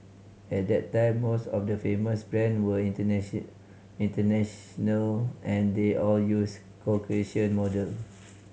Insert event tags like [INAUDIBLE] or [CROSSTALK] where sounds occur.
at that time most of the famous brand were [UNINTELLIGIBLE] international and they all used Caucasian model